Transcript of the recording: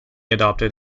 adopted